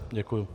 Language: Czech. Děkuji.